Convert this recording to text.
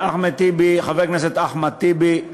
חבר הכנסת אחמד טיבי,